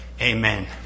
Amen